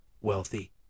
wealthy